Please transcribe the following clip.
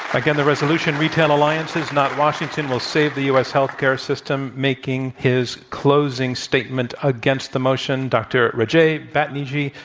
again, the resolution retail alliances not washington will save the u. s. health care system. making his closing statement against the motion, dr. rajaie batniji,